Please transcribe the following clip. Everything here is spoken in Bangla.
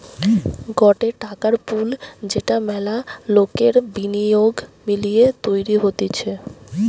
গটে টাকার পুল যেটা মেলা লোকের বিনিয়োগ মিলিয়ে তৈরী হতিছে